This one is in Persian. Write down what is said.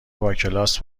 باکلاس